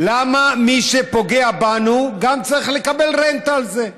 למה מי שפוגע בנו גם צריך לקבל רנטה על זה?